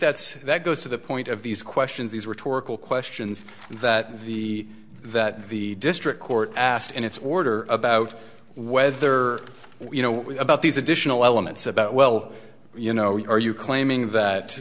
that's that goes to the point of these questions these were torkel questions that the that the district court asked in its order about whether you know about these additional elements about well you know you are you claiming that